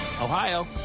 Ohio